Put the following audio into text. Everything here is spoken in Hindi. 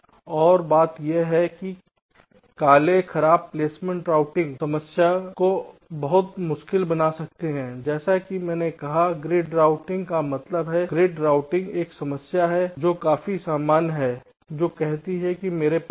और बात यह है कि काले खराब प्लेसमेंट रूटिंग समस्या को बहुत मुश्किल बना सकते हैं जैसा कि मैंने कहा ग्रिड रूटिंग का मतलब ग्रिड राउटिंग एक समस्या है जो काफी सामान्य है जो कहती है कि मेरे पास है